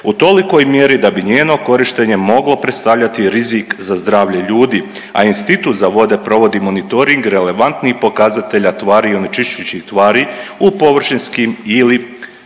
u tolikoj mjeri da bi njeno korištenje moglo predstavljati rizik za zdravlje ljudi, a Institut za vode provodi monitoring relevantnih pokazatelja tvari i onečišćujućih tvari u površinskim ili